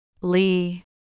Lee